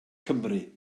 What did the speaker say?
cymru